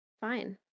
fine